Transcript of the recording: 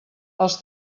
els